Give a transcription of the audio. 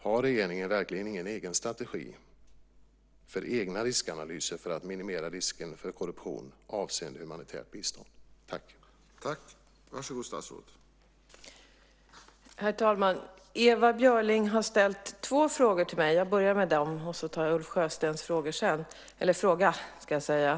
Har regeringen verkligen ingen egen strategi och egna riskanalyser för att minimera risken för korruption avseende humanitärt bistånd?